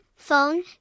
phone